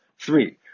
three